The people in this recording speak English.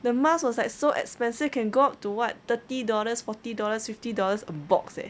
the mask was like so expensive can go up to what thirty dollars forty dollars fifty dollars a box eh